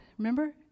Remember